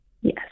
Yes